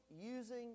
using